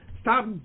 Stop